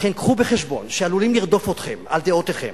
לכן, הביאו בחשבון שעלולים לרדוף אתכם על דעותיכם,